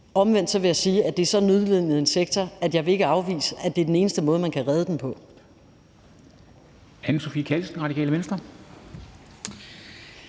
Omvendt vil jeg sige, at det er en så nødlidende sektor, at jeg ikke vil afvise, at det er den eneste måde, man kan redde den på.